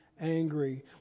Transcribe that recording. Angry